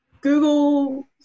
Google